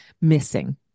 missing